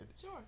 Sure